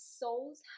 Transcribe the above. souls